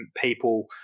people